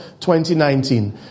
2019